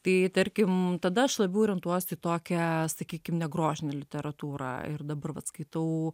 tai tarkim tada aš labiau orientuojuosi į tokią sakykim negrožinę literatūrą ir dabar vat skaitau